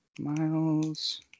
Miles